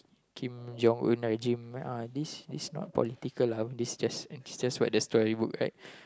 Kim Jong Un right uh this this not political ah this just just what the story book right